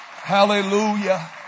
Hallelujah